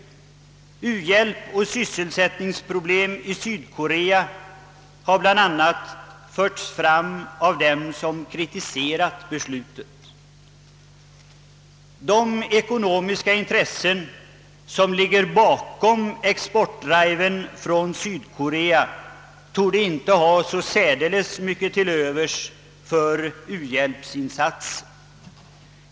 Frågan om u-hjälpen och sysselsättningsproblemen i Sydkorea har bl a. förts fram av dem som kritiserat beslu tet. De ekonomiska intressen som ligger bakom exportdriven från Sydkorea torde emellertid inte ha särdeles mycket till övers för u-hjälpsinsatsen.